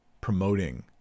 promoting